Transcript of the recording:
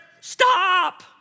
Stop